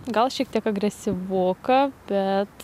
gal šiek tiek agresyvoka bet